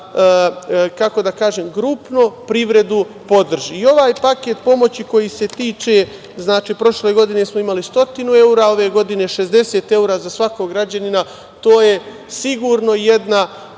mora da grupno privredu podrži.I ovaj paket pomoći koji se tiče, znači, prošle godine smo imali 100 evra, a ove godine 60 evra za svakog građanina, to je sigurno jedna